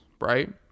right